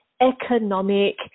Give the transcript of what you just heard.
economic